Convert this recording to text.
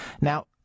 Now